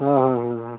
हाँ हाँ हाँ हाँ